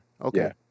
Okay